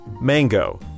Mango